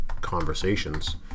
conversations